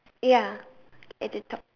ya at the top